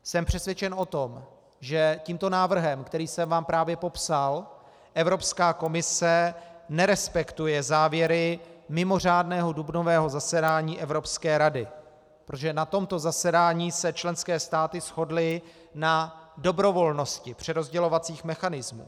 Jsem přesvědčen o tom, že tímto návrhem, který jsem vám právě popsal, Evropská komise nerespektuje závěry mimořádného dubnového zasedání Evropské rady, protože na tomto zasedání se členské státy shodly na dobrovolnosti přerozdělovacích mechanismů.